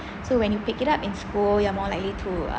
so when you pick it up in school you're more likely to uh